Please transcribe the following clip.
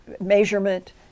measurement